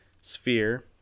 sphere